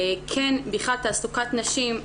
כן בכלל תעסוקת נשים.